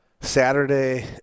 Saturday